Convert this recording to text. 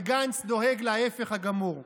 וגנץ דואג להפך הגמור.